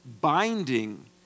binding